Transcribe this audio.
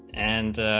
and